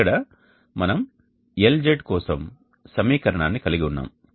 ఇక్కడ మనం LZ కోసం సమీకరణాన్ని కలిగి ఉన్నాము